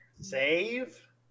Save